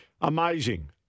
Amazing